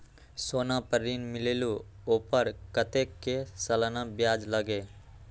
सोना पर ऋण मिलेलु ओपर कतेक के सालाना ब्याज लगे?